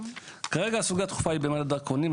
כרגע הסוגיה הדחופה היא הדרכונים,